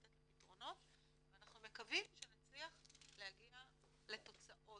לתת לה פתרונות ואנחנו מקווים שנצליח להגיע לתוצאות.